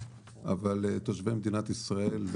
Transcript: אבל תושבי מדינת ישראל,